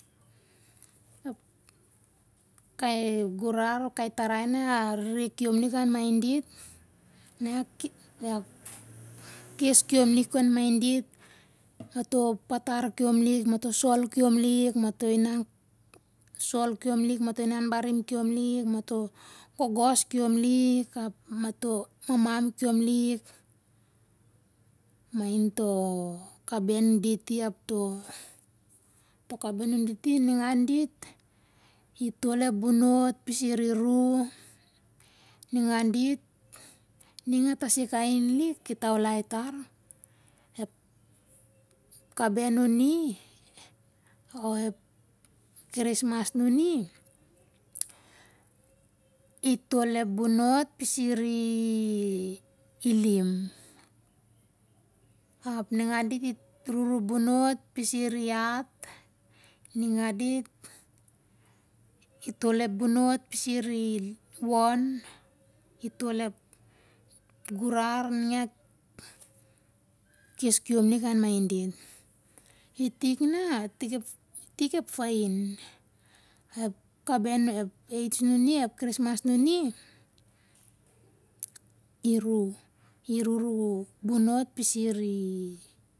kai gurar, kai tarai na arere kiom lik anmain dit, na na kes kiomlik anmain dit, mato patar kiom lik mato sol kiom lik. mato inansol kiomlik, mato inan barim kiomlik mato gogos kiomlik ap mato mamam kiomlik main to kaben diti apto kabut nunditi ningan dit itol ep bonot pisir iru ningan didning atasik ahin lik kitaulai tar ep kaben nuni or ep krismas nuni itol ep bonot pisir ilim ap ning an dit iruru bonot pisir iat ningan dit itol ep bonot pisir iwon itol ep gurar ning a kes kiom lik an main dit, itik na tiktik ep fai ep kaben ep age ep krismas nuni iru iruru bonot pisiri.